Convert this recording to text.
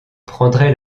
prendrait